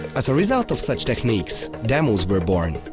as a result of such techniques, demos were born,